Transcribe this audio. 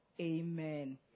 amen